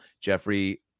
Jeffrey